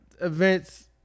events